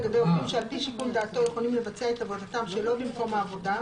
לגבי עובדים שעל פי שיקול דעתו יכולים לבצע את עבודתם שלא במקום העבודה,